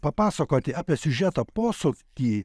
papasakoti apie siužeto posūkį